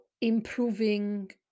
improving